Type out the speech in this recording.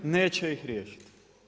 Neće ih riješiti.